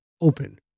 open